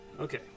Okay